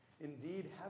Indeed